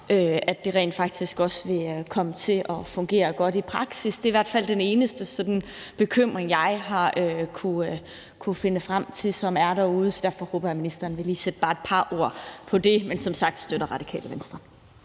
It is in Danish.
at det rent faktisk også vil komme til at fungere godt i praksis. Det er i hvert fald sådan den eneste bekymring, jeg har kunnet finde frem til, og som stadig er derude. Så derfor håber jeg, at ministeren vil sætte bare et par ord på det. Men som sagt støtter Radikale Venstre